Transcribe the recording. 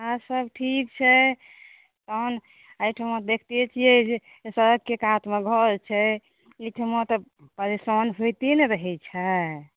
आर सब ठीक छै तहन एहिठमा देखते छियै जे सड़ककेँ कातमे घर छै एहिठमा तऽ परेशान होयते ने रहैत छै